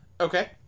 Okay